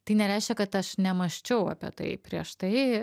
tai nereiškia kad aš nemąsčiau apie tai prieš tai